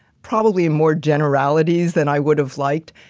probably more generalities than i would have liked.